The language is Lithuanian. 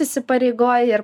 įsipareigoji ir